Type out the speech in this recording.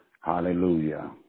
hallelujah